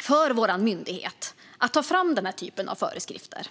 för vår myndighet att ta fram den här typen av föreskrifter.